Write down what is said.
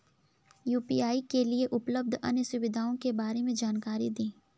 UPI के लिए उपलब्ध अन्य सुविधाओं के बारे में जानकारी दें?